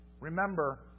Remember